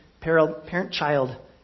parent-child